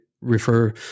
refer